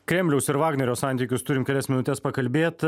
kremliaus ir vagnerio santykius turim kelias minutes pakalbėt